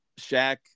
Shaq